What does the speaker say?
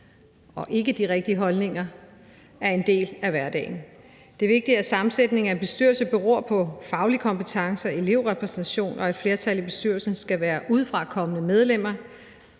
og ikkerigtige holdninger er en del af hverdagen. Det er vigtigt, at sammensætningen af en bestyrelse beror på faglig kompetence og elevrepræsentation, og at et flertal i bestyrelsen skal være udefra kommende medlemmer